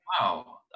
wow